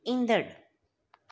ईंदड़ु